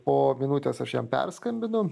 po minutės aš jam perskambinu